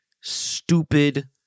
stupid